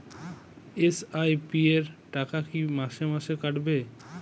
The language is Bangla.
এস.আই.পি র টাকা কী মাসে মাসে কাটবে?